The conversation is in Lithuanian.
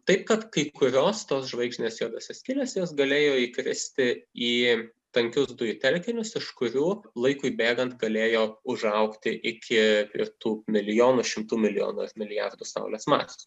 taip kad kai kurios tos žvaigždinės juodosios skylės jos galėjo įkristi į tankiųjų dujų telkinius iš kurių laikui bėgant galėjo užaugti iki ir tų šimtų milijonų milijardų saulės masės